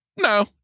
No